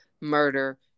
murder